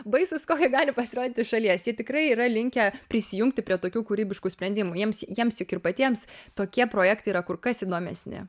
baisūs kokie gali pasirodyti iš šalies jie tikrai yra linkę prisijungti prie tokių kūrybiškų sprendimų jiems jiems juk ir patiems tokie projektai yra kur kas įdomesni